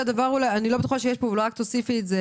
צריך להוסיף פה את זה